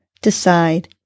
decide